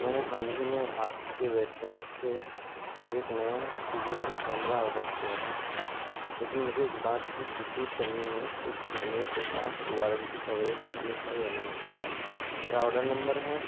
میں نے حال ہی میں آپ کے ویب سائٹ سے ایک نیا ڈیجیٹل کیمرہ آڈر کیا ہے لیکن مجھے اس بات کی تصدیق کرنی ہے کہ اس کیمرے کے ساتھ وارنٹی کوریج شامل ہے یا نہیں میرا آڈر نمبر ہے